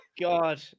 God